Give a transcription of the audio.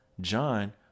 John